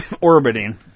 Orbiting